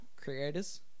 creators